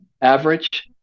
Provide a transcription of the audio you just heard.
Average